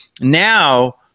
now